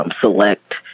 select